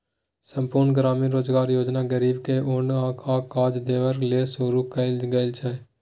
संपुर्ण ग्रामीण रोजगार योजना गरीब के ओन आ काज देबाक लेल शुरू कएल गेल छै